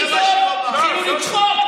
פתאום מתחילים לצחוק,